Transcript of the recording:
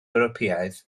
ewropeaidd